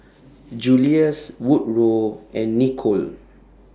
Julius Woodrow and Nicolle